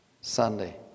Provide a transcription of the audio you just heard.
Sunday